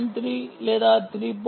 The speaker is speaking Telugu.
3 లేదా 3